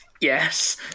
Yes